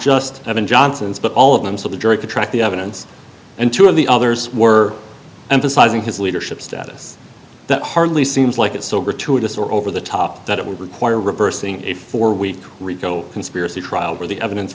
just have been johnson's but all of them so the jury could track the evidence and two of the others were emphasizing his leadership status that hardly seems like it so gratuitous or over the top that it would require reversing a four week rico conspiracy trial where the evidence